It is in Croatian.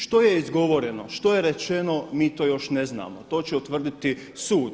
Što je izgovoreno, što je rečeno, mi to još ne znamo to će utvrditi sud.